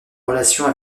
relation